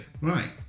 Right